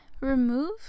remove